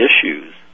issues